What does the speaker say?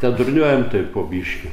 tad durniuojam taip po biškį